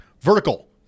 Vertical